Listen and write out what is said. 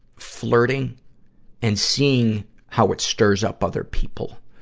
flirting and seeing how it stirs up other people.